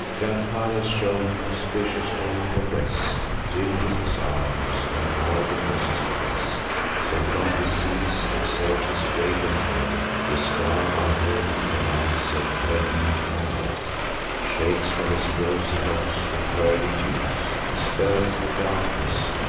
young pallas shone conspicuous o'er the rest gilded his arms, embroider'd was his vest. so, from the seas, exerts his radiant head the star by whom the lights of heav'n are led shakes from his rosy locks the pearly dews, dispels the darkness,